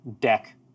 deck